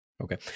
Okay